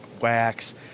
wax